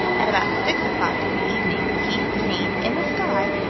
at about six o'clock in the evening, he had seen, in the sky,